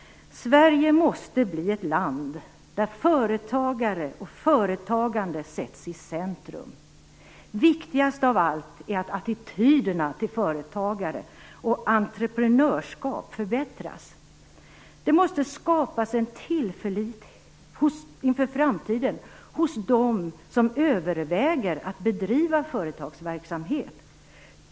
Sverige måste bli ett land där företagare och företagande sätts i centrum. Viktigast av allt är att attityderna till företagare och entreprenörskap förbättras. Det måste skapas en tillförlit inför framtiden hos dem som överväger att bedriva företagsverksamhet.